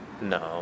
No